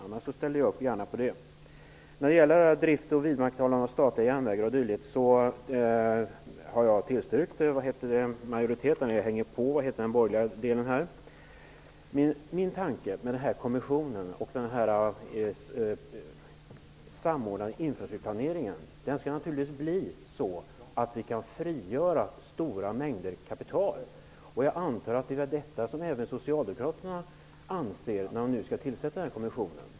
Annars skulle jag gärna ställa upp. Jag stöder den borgerliga majoritetens förslag när det gäller drift och vidmakthållande av statliga järnvägar o.d. Min tanke är att kommissionen och den samordnade infrastrukturplaneringen naturligtvis skall innebära att vi kan frigöra stora mängder kapital. Jag antar att detta är vad även Socialdemokraterna avser när de nu vill tillsätta den här kommissionen.